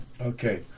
Okay